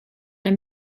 ein